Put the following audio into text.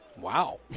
Wow